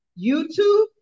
YouTube